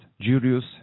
Julius